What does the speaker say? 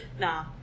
Nah